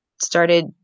started